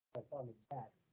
upon that